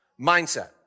mindset